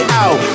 out